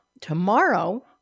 Tomorrow